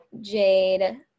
Jade